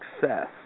success